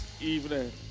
evening